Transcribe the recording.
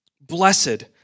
Blessed